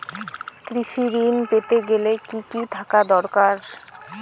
কৃষিঋণ পেতে গেলে কি কি থাকা দরকার?